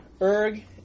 erg